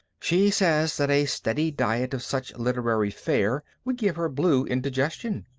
she says that a steady diet of such literary fare would give her blue indigestion.